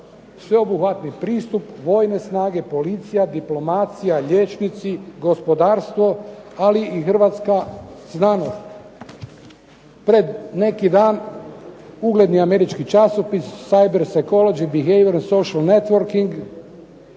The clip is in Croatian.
sveobuhvatni pristup, vojne snage, policija, diplomacija, liječnici, gospodarstvo, ali i hrvatska znanost. Pred neki dan ugledni američki časopis "CyberPsychology & behavior social networking"